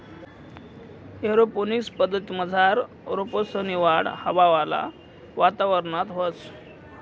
aeroponics पद्धतमझार रोपेसनी वाढ हवावाला वातावरणात व्हस